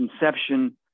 inception